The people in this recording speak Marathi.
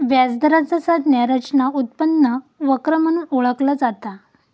व्याज दराचा संज्ञा रचना उत्पन्न वक्र म्हणून ओळखला जाता